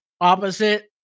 opposite